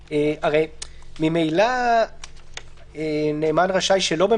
את תקופת ההקפאה אנחנו תוחמים בכך שממילא ההוצאות ישולמו.